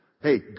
Hey